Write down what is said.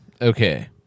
Okay